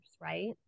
Right